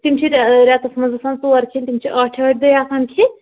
تِم چھِ رٮ۪تَس منٛز آسان ژور کھیٚنۍ تِم چھِ ٲٹھِ ٲٹھِ دوہۍ آسان کھیٚنۍ